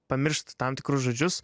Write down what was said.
pamiršt tam tikrus žodžius